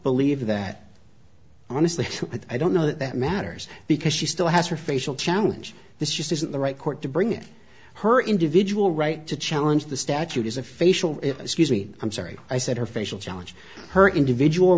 believe that honestly i don't know that that matters because she still has her facial challenge this just isn't the right court to bring in her individual right to challenge the statute is a facial i'm sorry i said her facial challenge her individual